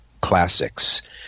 classics